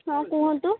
ହଁ କୁହନ୍ତୁ